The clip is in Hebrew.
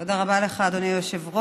תודה רבה לך, אדוני היושב-ראש.